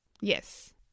Yes